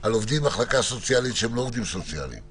על עובדים במחלקה הסוציאלית שהם לא עובדים סוציאליים.